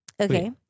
Okay